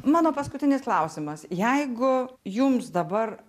mano paskutinis klausimas jeigu jums dabar